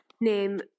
Name